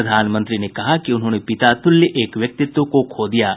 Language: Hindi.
प्रधानमंत्री ने कहा कि उन्होंने पिता तुल्य एक व्यक्तित्व को खो दिया है